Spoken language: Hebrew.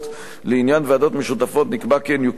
לעניין ועדות משותפות נקבע כי הן יוקמו לצורך